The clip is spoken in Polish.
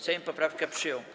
Sejm poprawkę przyjął.